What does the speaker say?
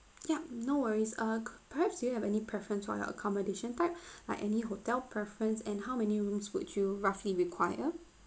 yup no worries uh perhaps do you have any preference for your accommodation type like any hotel preference and how many rooms would you roughly require